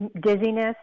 dizziness